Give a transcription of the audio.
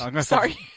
Sorry